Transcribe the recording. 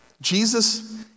Jesus